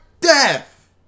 Death